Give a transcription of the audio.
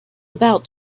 about